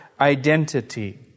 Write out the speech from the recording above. identity